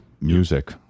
Music